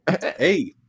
Hey